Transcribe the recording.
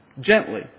Gently